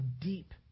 deep